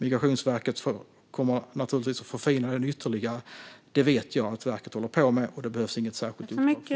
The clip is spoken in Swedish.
Migrationsverket kommer naturligtvis att förfina den ytterligare. Detta vet jag att verket håller på med, och det behövs inget särskilt uppdrag för det.